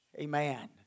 Amen